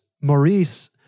Maurice